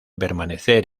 permanecer